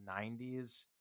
90s